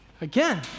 Again